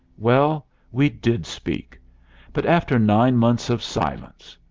well we did speak but after nine months of silence.